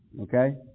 Okay